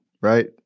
right